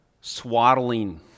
swaddling